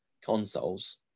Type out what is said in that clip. consoles